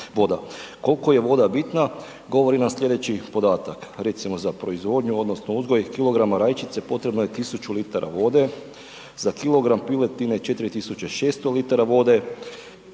Koliko je voda bitna govori nam slijedeći podatak,